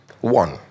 One